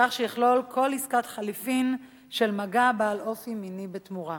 כך שיכלול כל עסקת חליפין של מגע בעל אופי מיני בתמורה.